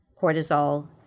cortisol